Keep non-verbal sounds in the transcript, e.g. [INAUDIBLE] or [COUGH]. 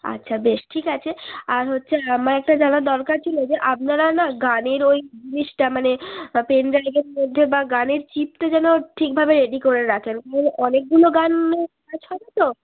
আচ্ছা বেশ ঠিক আছে আর হচ্ছে আমার একটা জানার দরকার ছিল যে আপনারা না গানের ঐ ডিস্কটা মানে পেনড্রাইভের মধ্যে বা গানের চিপটা যেন ঠিকভাবে রেডি করে রাখেন [UNINTELLIGIBLE] অনেকগুলো গানের নাচ হবে তো